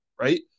right